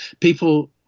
People